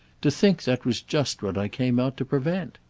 to think that was just what i came out to prevent!